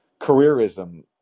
careerism